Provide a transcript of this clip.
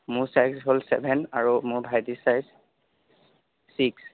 মোৰ চাইজ হ'ল ছেভেন আৰু মোৰ ভাইটিৰ চাইজ ছিক্স